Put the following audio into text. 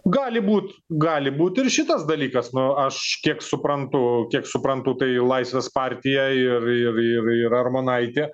gali būt gali būt ir šitas dalykas nu aš kiek suprantu kiek suprantu tai laisvės partija ir ir ir ir armonaitė